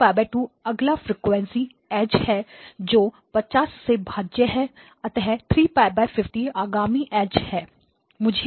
3π2 अगला frequency edge है जो 50 से भाज्य है अतः 3π50 आगामी एज है